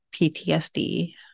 PTSD